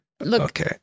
Okay